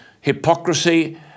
hypocrisy